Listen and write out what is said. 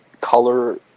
color